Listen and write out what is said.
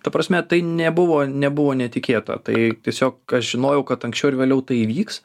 ta prasme tai nebuvo nebuvo netikėta tai tiesiog aš žinojau kad anksčiau ar vėliau tai įvyks